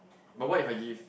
but what if I give